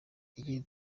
ikindi